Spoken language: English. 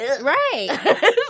right